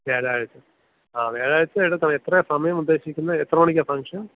വ്യാഴാഴ്ച ആ വ്യാഴാഴ്ചയാണ് സമയം എത്ര സമയം ഉദ്ദേശിക്കുന്നത് എത്ര മണിക്കാണ് ഫംഗ്ഷൻ